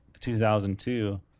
2002